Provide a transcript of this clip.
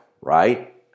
right